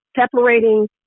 separating